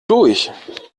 durch